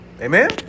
Amen